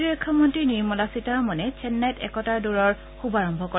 প্ৰতিৰক্ষা মন্ত্ৰী নিৰ্মলা সীতাৰমণে চেন্নাইত একতাৰ দৌৰৰ শুভাৰম্ভ কৰে